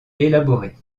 élaborée